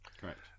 Correct